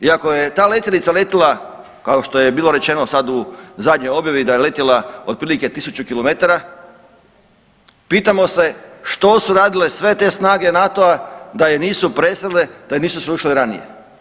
I ako je ta letjelica letjela kao što je bilo rečeno sad u zadnjoj objavi da je letjela otprilike 1000 km, pitamo se što su radile sve te snage NATO-a da je nisu presrele, da je nisu srušile ranije.